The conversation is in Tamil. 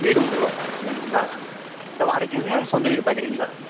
வீடு உங்களுக்கு வாடகைக்கு வேணுங்களா இல்லை வாடகைக்கு வேணுங்களா இல்லை சொந்த வீடு பார்க்குறீங்களா